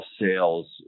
sales